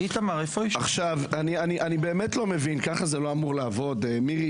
אני באמת לא מבין, זה לא אמור לעבוד ככה, מירי?